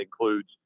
includes